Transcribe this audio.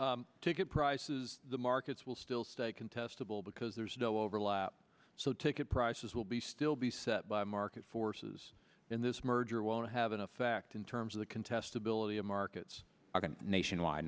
e ticket prices the markets will still stay contestable because there's no overlap so ticket prices will be still be set by market forces in this merger won't have an effect in terms of the contestability of markets nationwide